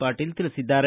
ಪಾಟೀಲ ತಿಳಿಸಿದ್ದಾರೆ